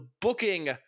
booking